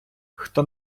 хто